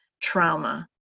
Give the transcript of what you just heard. trauma